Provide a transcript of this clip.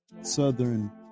Southern